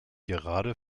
gerade